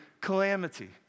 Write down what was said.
calamity